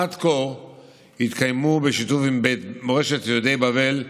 עד כה התקיימו, בשיתוף עם בית מורשת יהודי בבל,